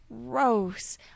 gross